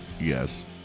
Yes